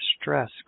stress